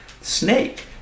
snake